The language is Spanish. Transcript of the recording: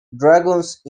dragons